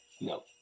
No